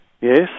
Yes